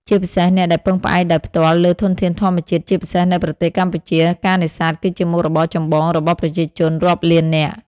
ជាពិសេសអ្នកដែលពឹងផ្អែកដោយផ្ទាល់លើធនធានធម្មជាតិ ជាពិសេសនៅប្រទេសកម្ពុជា ការនេសាទគឺជាមុខរបរចម្បងរបស់ប្រជាជនរាប់លាននាក់។